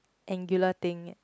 angular thing